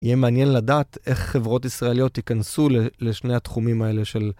יהיה מעניין לדעת איך חברות ישראליות ייכנסו לשני התחומים האלה של...